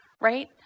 right